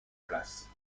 place